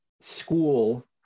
school